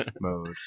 mode